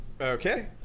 Okay